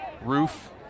roof